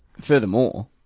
Furthermore